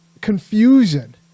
confusion